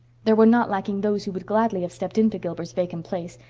there were not lacking those who would gladly have stepped into gilbert's vacant place.